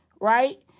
right